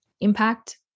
impact